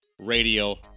radio